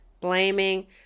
blaming